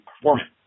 performance